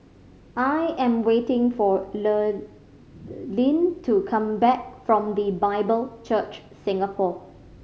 I am waiting for Lurline to come back from The Bible Church Singapore